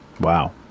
Wow